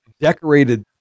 decorated